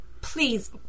Please